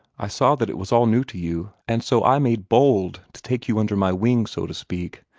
i saw that it was all new to you, and so i made bold to take you under my wing, so to speak.